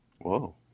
Whoa